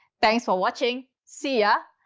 thanks for watching. see ah